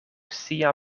sia